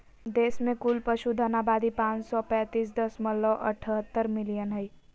देश में कुल पशुधन आबादी पांच सौ पैतीस दशमलव अठहतर मिलियन हइ